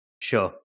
sure